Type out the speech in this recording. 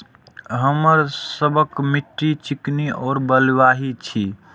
हमर सबक मिट्टी चिकनी और बलुयाही छी?